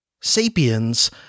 Sapiens